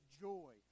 joy